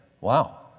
Wow